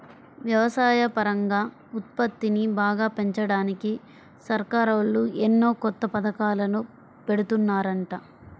వ్యవసాయపరంగా ఉత్పత్తిని బాగా పెంచడానికి సర్కారోళ్ళు ఎన్నో కొత్త పథకాలను పెడుతున్నారంట